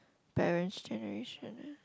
parents generation ah